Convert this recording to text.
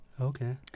okay